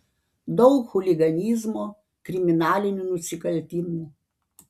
daug chuliganizmo kriminalinių nusikaltimų